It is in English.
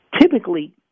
Typically